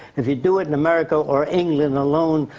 if you do in america or england alone,